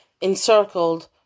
encircled